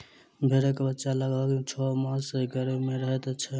भेंड़क बच्चा लगभग छौ मास गर्भ मे रहैत छै